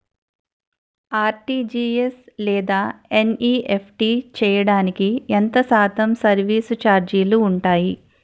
RTGS లేదా NEFT చేయడానికి ఎంత శాతం సర్విస్ ఛార్జీలు ఉంటాయి?